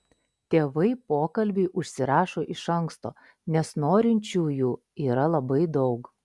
tėvai pokalbiui užsirašo iš anksto nes norinčiųjų yra labai daug